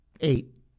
Eight